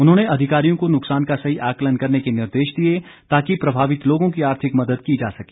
उन्होंने अधिकारियों को नुकसान का सही आकलन करने के निर्देश दिए ताकि प्रभावित लोगों की आर्थिक मदद की जा सके